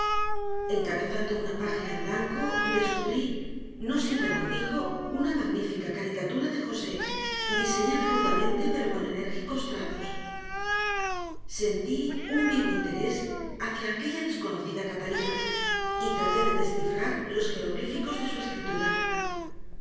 encabezando una página en blanco descubrí no sin regocijo una magnífica caricatura de josé diseñada burdamente pero con enérgicos trazos sentí un vivo interés hacia aquella desconocida catalina y traté de descifrar los jeroglíficos de su escritura